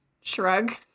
shrug